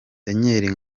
daniel